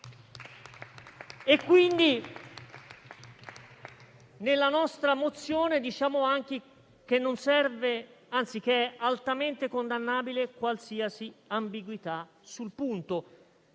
Quindi, nella nostra mozione diciamo anche che è altamente condannabile qualsiasi ambiguità sul punto